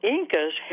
Incas